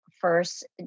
first